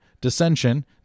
dissension